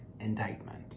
indictment